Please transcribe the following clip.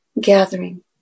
gathering